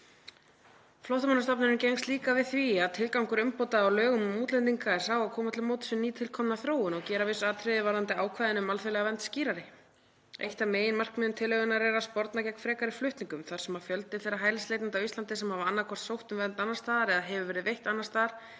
Flóttamannastofnunin gengst líka við því að tilgangur umbóta á lögum um útlendinga er sá að koma til móts við nýtilkomna þróun og gera viss atriði varðandi ákvæðin um alþjóðlega vernd skýrari. Eitt af meginmarkmiðum tillögunnar er að „sporna gegn frekari flutningum“ þar sem fjöldi þeirra hælisleitenda á Íslandi sem hafa annaðhvort sótt um vernd annars staðar eða hefur verið veitt vernd annars staðar